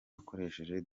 akoresheje